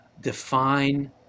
define